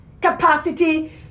capacity